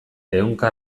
ehunka